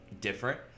different